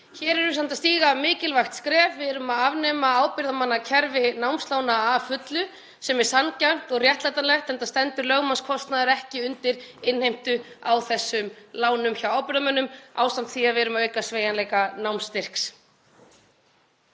Hér erum við samt að stíga mikilvægt skref. Við erum að afnema ábyrgðarmannakerfi námslána að fullu, sem er sanngjarnt og réttlætanlegt enda stendur lögmannskostnaður ekki undir innheimtu á þessum lánum hjá ábyrgðarmönnum, ásamt því að við erum að auka sveigjanleika námsstyrks.